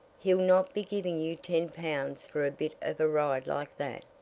he'll not be giving you ten pounds for a bit of a ride like that!